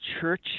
church